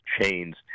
chains